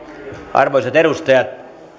arvoisat edustajat